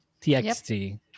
txt